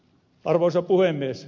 arvoisa puhemies